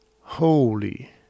Holy